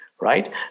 right